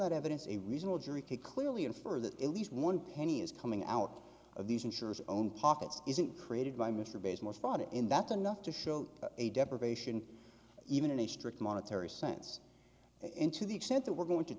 that evidence a reasonable jury could clearly infer that at least one penny is coming out of these insurers own pockets isn't created by mr bass more thought it in that's enough to show a deprivation even in a strict monetary sense in to the extent that we're going to